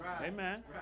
Amen